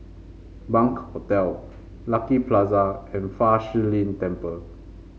Bunc Hostel Lucky Plaza and Fa Shi Lin Temple